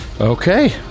Okay